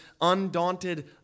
undaunted